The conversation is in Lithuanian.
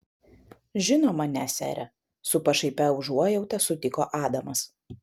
žinoma ne sere su pašaipia užuojauta sutiko adamas